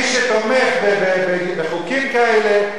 מי שתומך בחוקים כאלה,